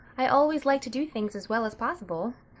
i always like to do things as well as possible,